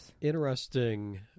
Interesting